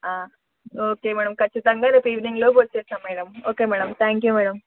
okay madam ఖచ్చితంగా రేపు evening లోపు వస్తాం okay madam thank you madam